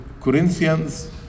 Corinthians